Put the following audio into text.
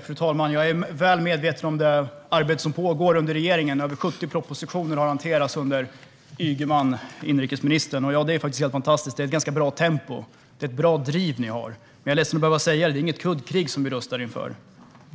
Fru talman! Jag är väl medveten om det arbete som pågår inom regeringen. Över 70 propositioner har hanterats under inrikesminister Ygeman. Det är helt fantastiskt. Det är ett ganska bra tempo. Ni har ett bra driv, Isabella Lövin. Men jag är ledsen att behöva säga det: Det är inget kuddkrig vi rustar för.